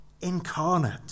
incarnate